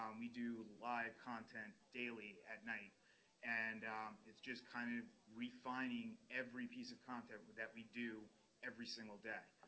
um we do live content daily at night and it's just kind of refining every piece of content that we do every single day.